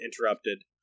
interrupted